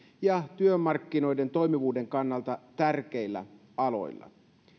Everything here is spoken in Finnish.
ja työmarkkinoiden toimivuuden kannalta tärkeillä aloilla